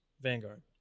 Vanguard